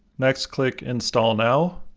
next click, install now